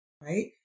Right